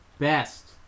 Best